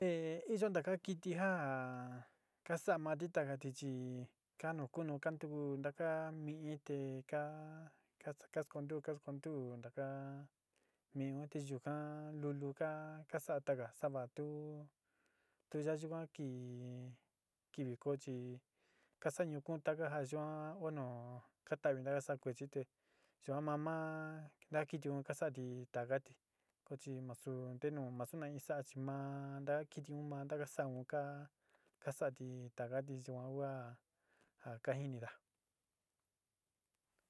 Iyo ntaka kɨtɨ ja ka saa mati takati chi ka nu ntuku taka mi'i te ka kascontú kaskontú taka mi'i te yuka lulú ka saa taka, sa'ava tu yáyuva ki kivikoy chi ka sa'a ñukun taka ja yuan bueno kata'avi maa saa kuachi te yuan mamaá ntaki tiun ka sa'ati takaati ko chi masu ntenu ma su in saa chi maá ntakitiun maa ntaka sa'aka sa'ati takati yuan kua ka jiniga.